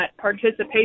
participation